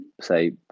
say